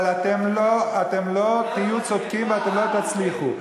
אבל אתם לא תהיו צודקים ואתם לא תצליחו.